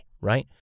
right